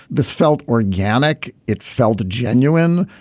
this felt organic. it felt genuine.